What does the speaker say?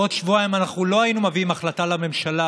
בעוד שבועיים לא היינו מביאים החלטה לממשלה